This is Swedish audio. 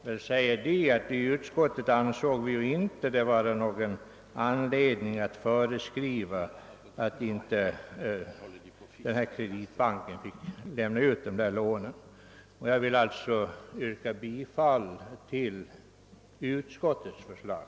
Vi har i utskottet inte ansett det finnas någon anledning föreskriva att Kreditbanken inte skulle få lämna ut detta lån. Jag yrkar därför bifall till utskottets förslag.